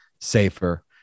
safer